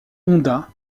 honda